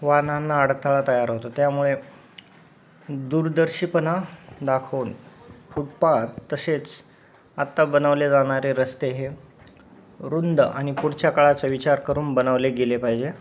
वाहनांना अडथळा तयार होतो त्यामुळे दूरदर्शिपणा दाखवून फुटपात तसेच आत्ता बनवले जाणारे रस्ते हे रुंद आणि पुढच्या काळाचा विचार करून बनवले गेले पाहिजे